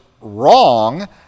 wrong